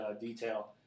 detail